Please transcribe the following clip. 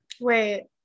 wait